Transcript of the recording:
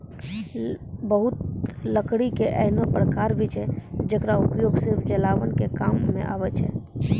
बहुत लकड़ी के ऐन्हों प्रकार भी छै जेकरो उपयोग सिर्फ जलावन के काम मॅ आवै छै